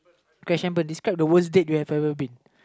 crash and burn describe the worst date you have ever been